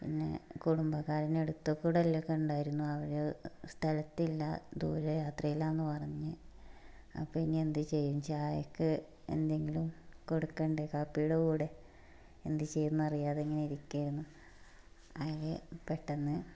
പിന്നെ കുടുംബക്കാരനടുത്തുക്കൂടല്ലെ കണ്ടായിരുന്നു അവരർ സ്ഥലത്തില്ല ദൂരെ യാത്രയിലാണെന്നു പറഞ്ഞു അപ്പോൾ ഇനി എന്തു ചെയ്യും ചായക്ക് എന്തെങ്കിലും കൊടുക്കണ്ടെ കാപ്പിയുടെ കൂടെ എന്തു ചെയ്യുമെന്ന് അറിയാതെ ഇങ്ങനെ ഇരിക്കുകയായിരുന്നു അതിലെ പെട്ടെന്ന്